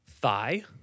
Thigh